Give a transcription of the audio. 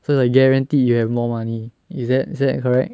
so like guarantee you have more money is that is that correct